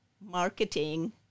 marketing